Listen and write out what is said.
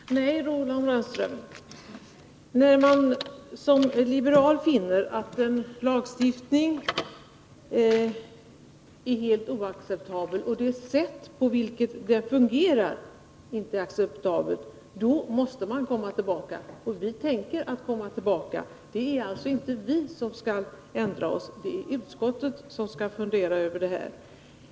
Fru talman! Nej, Roland Brännström, när man som liberal finner att en lag är helt oacceptabel och att det sätt på vilket den fungerar inte är acceptabelt, då måste man komma tillbaka, och vi tänker komma tillbaka. Det är alltså inte vi som skall ändra oss, det är utskottet som skall fundera över det här.